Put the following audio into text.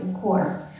core